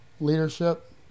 leadership